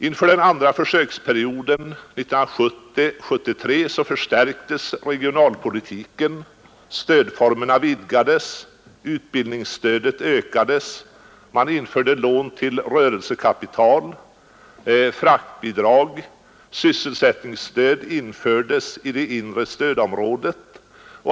Inför den andra försöksperioden, åren 1970-1973, förstärktes regionalpolitiken, stödformerna vidgades, utbildningsstödet ökades, lån till rörelsekapital infördes, fraktbidrag tillkom och sysselsättningsstöd infördes i det inre stödområdet.